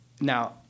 Now